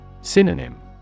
Synonym